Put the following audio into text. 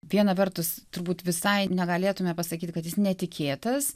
viena vertus turbūt visai negalėtume pasakyt kad jis netikėtas